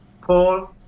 Paul